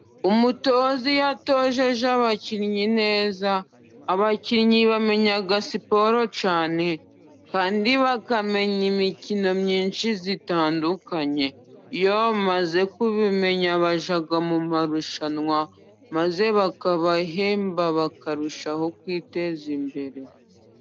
Umutoza iyo atojeje abakinnyi neza, abakinnyi bamenya siporo cyane kandi bakamenya imikino myinshi itandukanye. Iyo bamaze kubimenya bajya mu marushanwa, maze bakabahemba bakarushaho kwiteza imbere